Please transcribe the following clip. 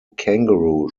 kangaroo